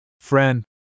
Friend